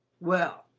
well,